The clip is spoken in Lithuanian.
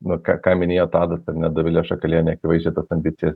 nu ką ką minėjo tadas ir net dovilė šakalienė akivaizdžiai tas ambicijas